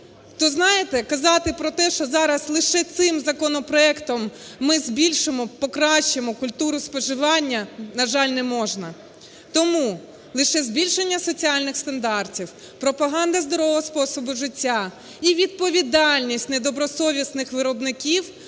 то, знаєте, казати про те, що зараз лише цим законопроектом ми збільшимо, покращимо культуру споживання, на жаль, неможна. Тому лише збільшення соціальних стандартів, пропаганда здорового способу життя і відповідальність недобросовісних виробників